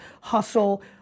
hustle